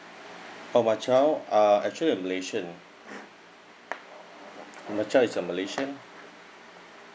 oh my child are actually a malaysian my child is a malaysian